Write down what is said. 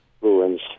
ruins